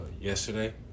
yesterday